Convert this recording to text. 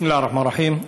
בסם אללה א-רחמאן א-רחים.